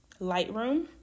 Lightroom